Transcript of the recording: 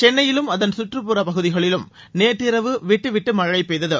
சென்னையிலும் அதன்சுற்றுப்புற பகுதிகளிலும் நேற்றிரவு விட்டு விட்டு மழை பெய்தது